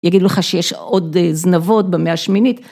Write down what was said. ‫יגיד לך שיש עוד זנבות במאה השמינית.